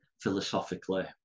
philosophically